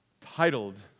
titled